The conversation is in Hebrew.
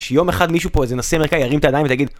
שיום אחד מישהו פה איזה נשיא אמריקאי ירים את הידיים ויגיד